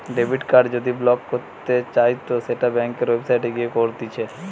debit card যদি block করতে চাইতো সেটো ব্যাংকের ওয়েবসাইটে গিয়ে করতিছে